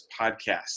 podcast